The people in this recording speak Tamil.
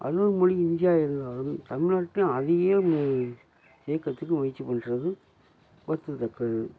அலுவல் மொழி ஹிந்தியாக இருந்தாலும் தமிழ்நாட்டிலையும் அதையே இயக்கறதுக்கு முயற்சி பண்றது வருந்தத்தக்கது